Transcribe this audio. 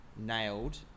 nailed